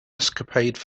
escapade